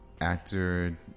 Actor